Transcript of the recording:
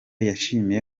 yashimiye